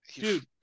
Dude